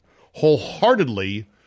wholeheartedly